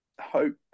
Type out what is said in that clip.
hope